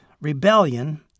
Rebellion